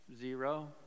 Zero